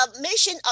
mission